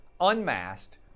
unmasked